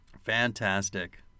Fantastic